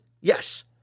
Yes